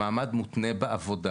המעמד מותנה בעבודה.